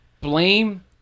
blame